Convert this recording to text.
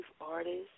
artists